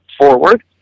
forward